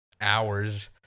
hours